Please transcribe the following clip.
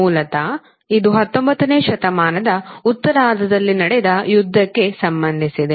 ಮೂಲತಃ ಇದು 19ನೇ ಶತಮಾನದ ಉತ್ತರಾರ್ಧದಲ್ಲಿ ನಡೆದ ಯುದ್ಧಕ್ಕೆ ಸಂಬಂಧಿಸಿದೆ